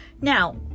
Now